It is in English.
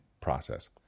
process